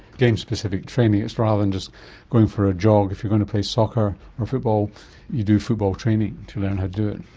getting specific training, it's rather than just going for a jog, if you're going to play soccer or football you do football training to learn how to do it.